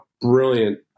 brilliant